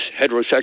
heterosexual